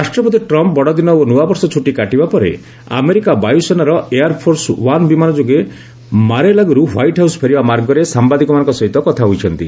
ରାଷ୍ଟ୍ରପତି ଟ୍ରମ୍ପ୍ ବଡ଼ଦିନ ଓ ନୂଆବର୍ଷ ଛୁଟି କାଟିବା ପରେ ଆମେରିକା ବାୟୁସେନାର ଏୟାର୍ଫୋସ ୱାନ୍ ବିମାନ ଯୋଗେ ମାରେଲାଗୁ ରୁ ହ୍ୱାଇଟ୍ ହାଉସ୍ ଫେରିବା ମାର୍ଗରେ ସାମ୍ଭାଦିକମାନଙ୍କ ସହିତ କଥା ହୋଇଛନ୍ତି